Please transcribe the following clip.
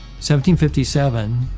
1757